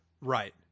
Right